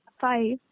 five